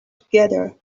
together